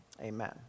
amen